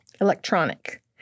electronic